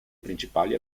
principali